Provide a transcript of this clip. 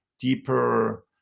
deeper